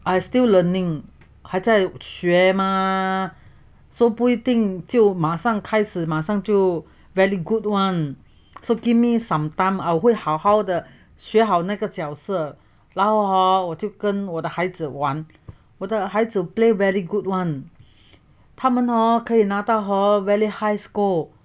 I still learning 还在学 mah so 不一定就马上开始马上就 very good one so give me some time 我会好好的学好那个角色然后 hor 我就跟我的孩子玩我这孩子 play very good one 他们哦可以拿到 hor very high score